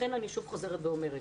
לכן אני שוב חוזרת ואומרת